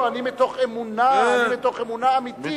לא, אני מתוך אמונה, אני מתוך אמונה אמיתית.